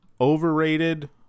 Overrated